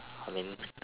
I mean